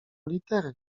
litery